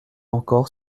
encore